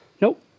Nope